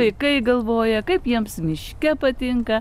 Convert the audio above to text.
vaikai galvoja kaip jiems miške patinka